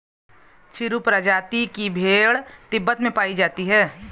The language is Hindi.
चिरु प्रजाति की भेड़ तिब्बत में पायी जाती है